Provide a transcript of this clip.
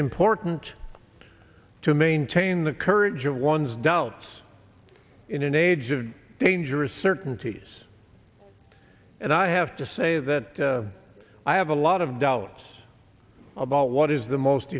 important to maintain the courage of one's doubts in an age of dangerous certainties and i have to say that i have a lot of dollars about what is the most